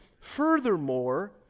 Furthermore